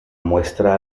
muestra